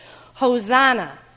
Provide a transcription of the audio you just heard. Hosanna